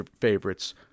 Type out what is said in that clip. favorites